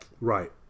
Right